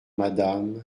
madame